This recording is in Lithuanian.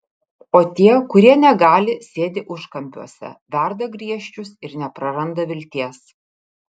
o tie kurie negali sėdi užkampiuose verda griežčius ir nepraranda vilties